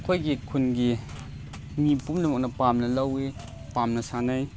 ꯑꯩꯈꯣꯏꯒꯤ ꯈꯨꯟꯒꯤ ꯃꯤ ꯄꯨꯝꯅꯃꯛꯅ ꯄꯥꯝꯅ ꯂꯧꯏ ꯄꯥꯝꯅ ꯁꯥꯟꯅꯩ